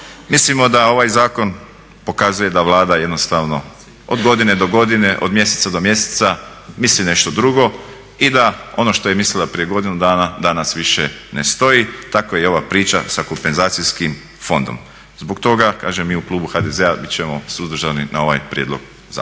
Mislimo da ovaj zakon pokazuje da Vlada jednostavno od godine do godine, od mjeseca do mjeseca misli nešto drugo i da ono što je mislila prije godinu dana danas više ne stoj tako i ova priča sa kompenzacijskim fondom. Zbog toga kažem mi u klubu HDZ-a biti ćemo suzdržani na ovaj prijedlog zakona.